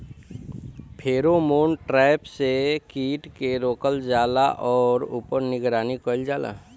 Pheromone trap से कीट के रोकल जाला और ऊपर निगरानी कइल जाला?